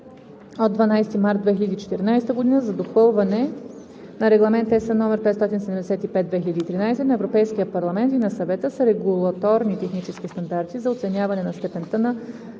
от 12 март 2014 г. за допълване на Регламент (ЕС) № 575/2013 на Европейския парламент и на Съвета с регулаторни технически стандарти за оценяване на степента на